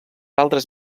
altres